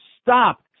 Stop